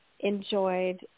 enjoyed